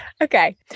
Okay